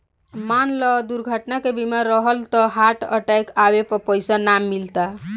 मान ल दुर्घटना के बीमा रहल त हार्ट अटैक आवे पर पइसा ना मिलता